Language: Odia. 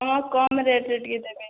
ହଁ କମ୍ ରେଟ୍ରେ ଟିକେ ଦେବେ